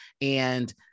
And-